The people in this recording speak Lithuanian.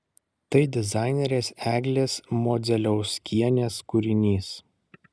tai dizainerės eglės modzeliauskienės kūrinys